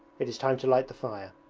it is time to light the fire